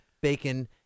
bacon